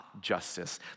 justice